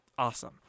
Awesome